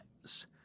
times